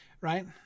right